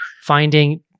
finding